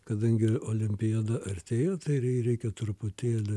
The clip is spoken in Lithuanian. kadangi olimpiada artėjo tai reikia truputėlį